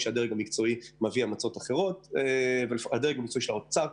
על הדרג המקצועי של האוצר,